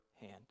hand